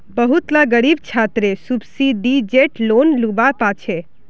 बहुत ला ग़रीब छात्रे सुब्सिदिज़ेद लोन लुआ पाछे